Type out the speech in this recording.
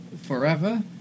Forever